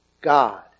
God